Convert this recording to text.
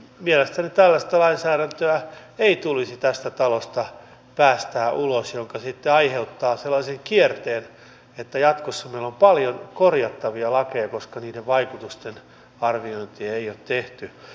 mielestäni ei tulisi tästä talosta päästää ulos tällaista lainsäädäntöä joka sitten aiheuttaa sellaisen kierteen että jatkossa meillä on paljon korjattavia lakeja koska niiden vaikutustenarviointeja ei ole tehty